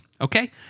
okay